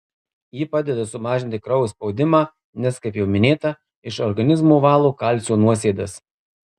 ji padeda sumažinti kraujo spaudimą nes kaip jau minėta iš organizmo valo kalcio nuosėdas